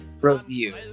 review